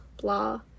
blah